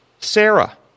Sarah